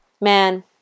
Man